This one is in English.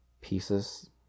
pieces